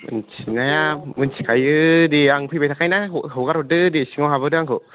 मिन्थिनाया मिथिखायो दे आं फैबाय थाखायोना हगारहरदो दे सिङाव हाबहोदो दो आंखौ